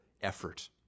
effort